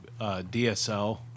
DSL